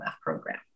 program